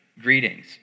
greetings